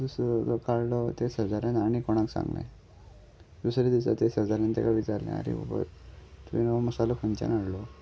दुसरो जो काडलो ते सजाऱ्यान आनी कोणाक सांगलें दुसरेें दिसा ते शेजाऱ्यान तेका विचारलें आरे बाबा तुवेंन हो मसालो खंयच्यान हाडलो